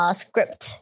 script